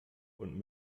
und